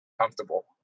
comfortable